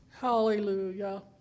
Hallelujah